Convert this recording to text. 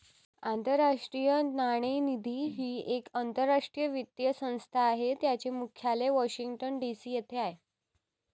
आंतरराष्ट्रीय नाणेनिधी ही एक आंतरराष्ट्रीय वित्तीय संस्था आहे ज्याचे मुख्यालय वॉशिंग्टन डी.सी येथे आहे